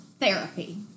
therapy